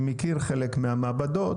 אני מכיר חלק מהמעבדות,